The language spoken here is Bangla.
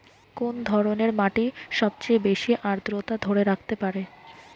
কোন ধরনের মাটি সবচেয়ে বেশি আর্দ্রতা ধরে রাখতে পারে?